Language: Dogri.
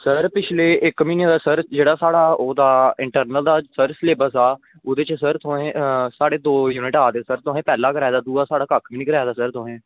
सर साढ़ा इक्क म्हीनै दा जेह्ड़ा साढ़ा इंटरनल दा सर जेह्ड़ा सलेब्स ऐ सर ओह्दे च दौ युनिट आये दे तुसें क्कख निं कराये दा इक्क कराये दा सर तुसें